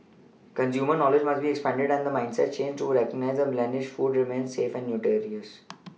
consumer knowledge must be expanded and mindsets changed to recognise that blemished food remains safe and nutritious